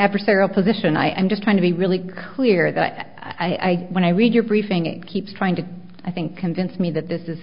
adversarial position i am just trying to be really clear that i when i read your briefing it keeps trying to i think convince me that this is